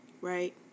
right